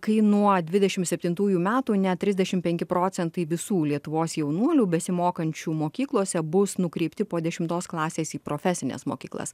kai nuo dvidešim septintųjų metų net trisdešim penki procentai visų lietuvos jaunuolių besimokančių mokyklose bus nukreipti po dešimtos klasės į profesines mokyklas